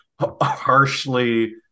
harshly